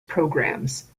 programmes